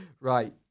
Right